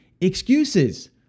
excuses